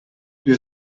più